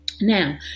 Now